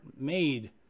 made